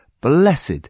blessed